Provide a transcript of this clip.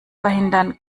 verhindern